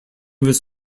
was